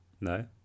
no